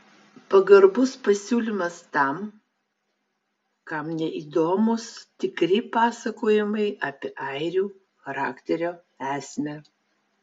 pagarbus pasiūlymas tam kam neįdomūs tikri pasakojimai apie airių charakterio esmę